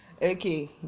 Okay